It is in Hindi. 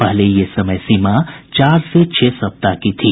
पहले ये समय सीमा चार से छह सप्ताह की थी